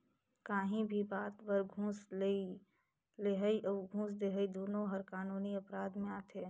काहीं भी बात बर घूस लेहई अउ घूस देहई दुनो हर कानूनी अपराध में आथे